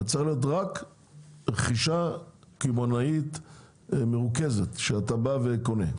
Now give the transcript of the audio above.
זה צריך להיות רק רכישה קמעונאית מרוכזת שאתה בא וקונה.